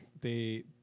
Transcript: they